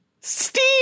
Steve